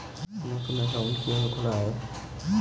নতুন একাউন্ট কিভাবে খোলা য়ায়?